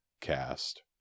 cast